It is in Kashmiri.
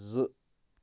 زٕ